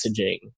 messaging